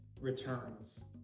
returns